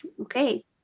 Okay